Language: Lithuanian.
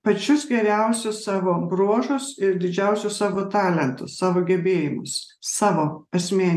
pačius geriausius savo bruožus ir didžiausius savo talentus savo gebėjimus savo esmė